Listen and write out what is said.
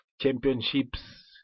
championships